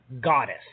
goddess